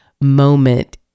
moment